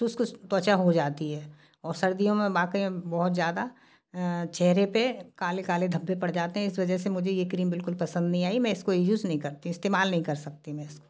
ख़ुश्क त्वचा हो जाती है और सर्दियों मे वाकई मे बहुत ज़्यादा चेहरे पर काले काले धब्बे पड़ जाते हैं इस वजह से मुझे ये क्रीम बिल्कुल पसंद नहीं आई मैं इसको यूज़ नहीं करती हूँ इस्तेमाल नहीं कर सकती मैं इसे